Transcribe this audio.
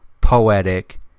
poetic